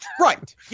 Right